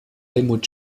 helmut